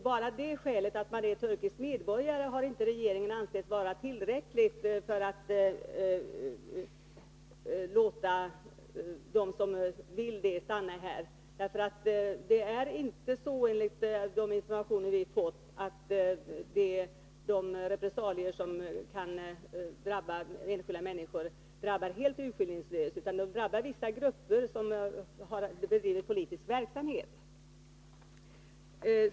Bara det skälet att man är turkisk medborgare har inte regeringen ansett vara tillräckligt för att låta dem som vill det stanna här. Det är inte så, enligt de informationer vi har fått, att de repressalier som kan drabba enskilda människor drabbar helt urskillningslöst, utan de drabbar vissa grupper som bedriver politisk verksamhet.